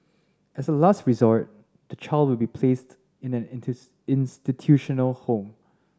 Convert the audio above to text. as a last resort the child will be placed in an institutional home